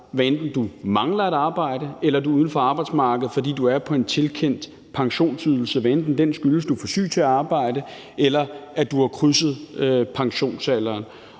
fordi du mangler et arbejde, eller fordi du er på en tilkendt pensionsydelse, hvad enten den skyldes, at du er for syg til at arbejde, eller at du har krydset pensionsalderen.